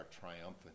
triumphant